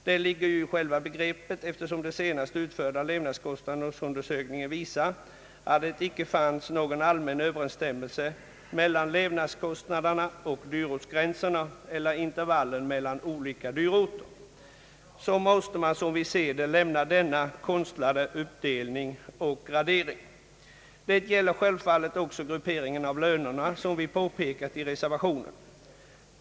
Det ligger ju i själva begreppet. Eftersom den senast utförda levnadskostnadsundersökningen visade att det inte fanns någon allmän överensstämmelse mellan levnadskostnaderna och dyrortsgränserna eller intervallerna mellan olika dyrorter måste man — som vi ser det — lämna denna konstlade uppdelning och gradering. Detta gäller självfallet också grupperingen av lönerna, som vi påpekat i reservationen.